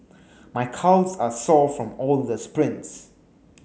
my calves are sore from all the sprints